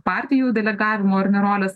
partijų delegavimo ar ne roles